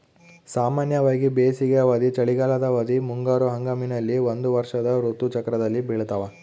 ಸಾಮಾನ್ಯವಾಗಿ ಬೇಸಿಗೆ ಅವಧಿ, ಚಳಿಗಾಲದ ಅವಧಿ, ಮುಂಗಾರು ಹಂಗಾಮಿನಲ್ಲಿ ಒಂದು ವರ್ಷದ ಋತು ಚಕ್ರದಲ್ಲಿ ಬೆಳ್ತಾವ